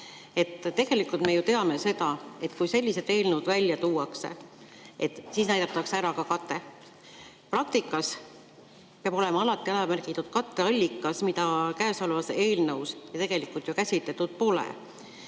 Tegelikult me ju teame seda, et kui sellised eelnõud välja tuuakse, siis näidatakse ära ka kate. Praktikas peab olema alati ära märgitud katteallikas, mida käesolevas eelnõus tegelikult ju käsitletud pole.